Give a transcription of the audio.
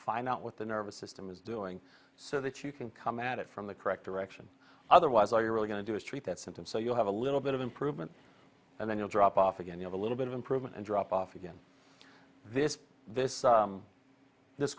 find out what the nervous system is doing so that you can come at it from the correct direction otherwise all you're really going to do is treat that symptom so you have a little bit of improvement and then you'll drop off again you have a little bit of improvement and drop off again this this this